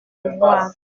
pouvoir